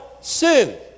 sin